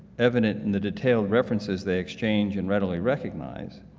evident in the detailed references they exchanged and readily recognized,